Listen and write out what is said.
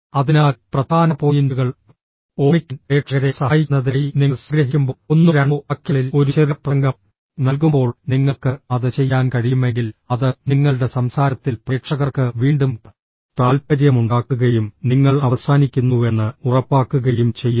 അതിനാൽ പ്രധാന പോയിന്റുകൾ ഓർമ്മിക്കാൻ പ്രേക്ഷകരെ സഹായിക്കുന്നതിനായി നിങ്ങൾ സംഗ്രഹിക്കുമ്പോൾ ഒന്നോ രണ്ടോ വാക്യങ്ങളിൽ ഒരു ചെറിയ പ്രസംഗം നൽകുമ്പോൾ നിങ്ങൾക്ക് അത് ചെയ്യാൻ കഴിയുമെങ്കിൽ അത് നിങ്ങളുടെ സംസാരത്തിൽ പ്രേക്ഷകർക്ക് വീണ്ടും താൽപ്പര്യമുണ്ടാക്കുകയും നിങ്ങൾ അവസാനിക്കുന്നുവെന്ന് ഉറപ്പാക്കുകയും ചെയ്യുന്നു